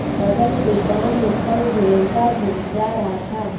बगल के गांव में कल भेड़ का झुंड जा रहा था